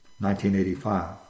1985